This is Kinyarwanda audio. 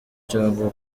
cyangwa